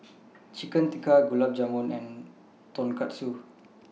Chicken Tikka Gulab Jamun and Tonkatsu